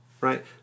right